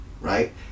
right